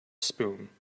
spume